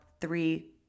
Three